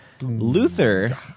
Luther